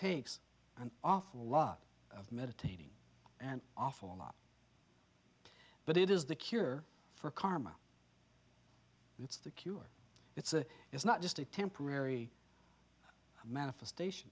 takes an awful lot of meditating an awful lot but it is the cure for karma it's the cure it's a it's not just a temporary manifestation